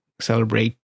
celebrate